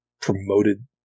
promoted